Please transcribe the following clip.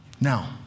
Now